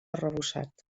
arrebossat